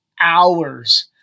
hours